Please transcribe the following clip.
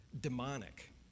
demonic